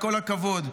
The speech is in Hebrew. בכל הכבוד,